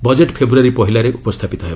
budget ଫେବୃୟାରୀ ପହିଲାରେ ଉପସ୍ଥାପିତ ହେବ